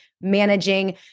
managing